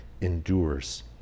endures